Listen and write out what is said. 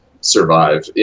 survive